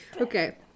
Okay